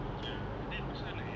ya then also like